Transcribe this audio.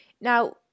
Now